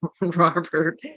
Robert